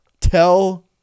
tell